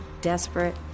desperate